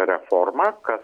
reformą kad